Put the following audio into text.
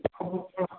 और थोड़ा